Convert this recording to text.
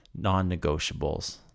non-negotiables